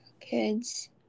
Kids